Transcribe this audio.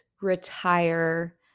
retire